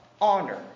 honor